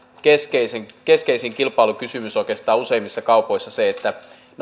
keskeisin keskeisin kilpailukysymys oikeastaan useimmissa kaupoissa se että